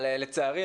אבל לצערי,